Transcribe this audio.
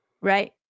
Right